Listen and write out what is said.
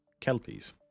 kelpies